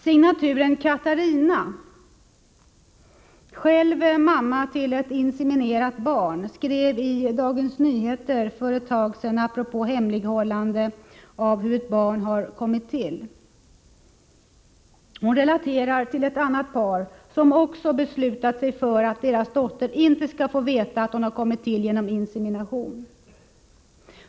Signaturen Katarina — själv mamma till ett inseminerat barn — skrev i Dagens Nyheter för ett tag sedan apropå hemlighållande av hur ett barn har kommit till. Hon relaterar till ett annat par, som också beslutat sig för att deras dotter inte skall få veta att hon har kommit till genom insemination.